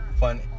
Funny